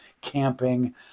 camping